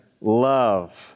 love